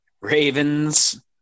Ravens